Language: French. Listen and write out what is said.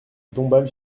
dombasle